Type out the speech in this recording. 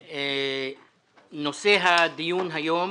נושא הדיון היום